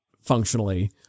functionally